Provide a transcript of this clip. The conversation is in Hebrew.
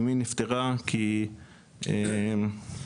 אמי נפטרה בגלל שלא